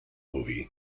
movie